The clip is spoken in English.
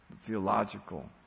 theological